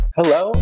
Hello